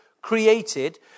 created